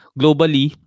globally